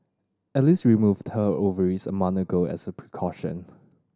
Alice removed her ovaries a month ago as a precaution